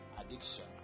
addiction